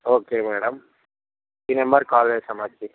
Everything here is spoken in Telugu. ఓకే మేడం ఈ నెంబర్కి కాల్ చేస్తాం వచ్చి